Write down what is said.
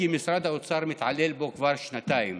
כי משרד האוצר מתעלל בו כבר שנתיים.